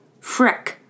Freck